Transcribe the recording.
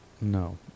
No